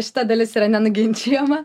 šita dalis yra nenuginčijama